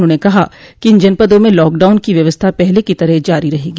उन्होंने कहा कि इन जनपदों म लॉकडाउन की व्यवस्था पहले की तरह जारी रहेंगी